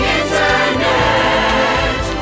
internet